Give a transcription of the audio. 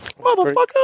motherfucker